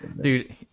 dude